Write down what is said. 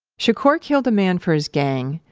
shakur killed a man for his gang.